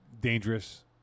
Dangerous